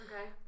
okay